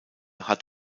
hat